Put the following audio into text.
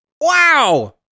Wow